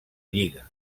lliga